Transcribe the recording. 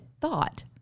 thought